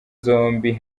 zombi